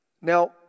Now